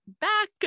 Back